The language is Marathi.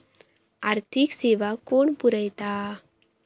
आर्थिक सेवा कोण पुरयता?